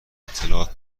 اطلاعات